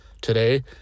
today